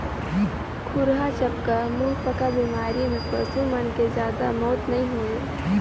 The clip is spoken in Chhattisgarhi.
खुरहा चपका, मुहंपका बेमारी में पसू मन के जादा मउत नइ होय